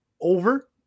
over